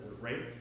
right